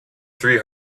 three